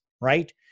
right